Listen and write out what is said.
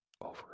over